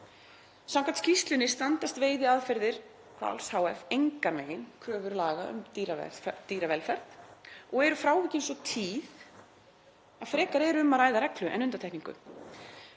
Samkvæmt skýrslunni standast veiðiaðferðir Hvals hf. engan veginn kröfur laga um dýravelferð og eru frávikin svo tíð að frekar er um að ræða reglu en undantekningu.